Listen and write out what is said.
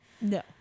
No